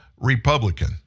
Republican